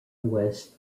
was